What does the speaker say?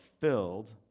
filled